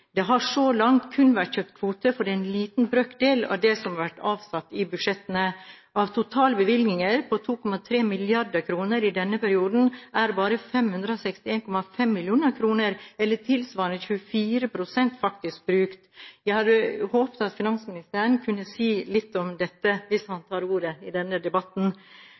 Det har så langt kun vært kjøpt kvoter for en liten brøkdel av det som har vært avsatt i budsjettene. Av totale bevilgninger på 2,3 mrd. kr i denne perioden er bare 561,5 mill. kr, eller tilsvarende 24 pst., faktisk brukt. Jeg hadde håpet at finansministeren kunne si litt om dette hvis han tok ordet i denne debatten.